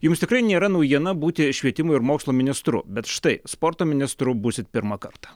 jums tikrai nėra naujiena būti švietimo ir mokslo ministru bet štai sporto ministru būsit pirmą kartą